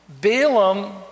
Balaam